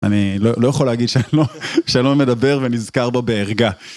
אני לא יכול להגיד שאני לא, שאני לא מדבר ונזכר בו בערגה.